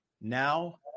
Now